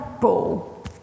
ball